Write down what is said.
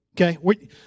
okay